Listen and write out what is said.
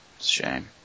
shame